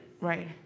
Right